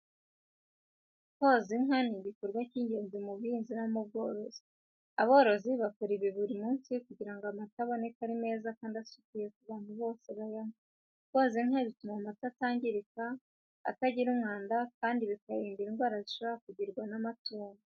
Koza inka ni igikorwa cy’ingenzi mu buhinzi no mu bworozi. Aborozi bakora ibi buri munsi kugira ngo amata aboneke ari meza kandi asukuye ku abantu bose bayanywa. Koza inka bituma amata atangirika, atagira umwanda kandi bikarinda indwara zishobora kugirwa n’amatungo.